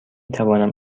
توانم